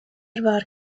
war